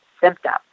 symptoms